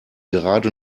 gerade